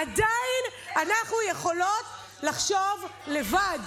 עדיין אנחנו יכולות לחשוב לבד.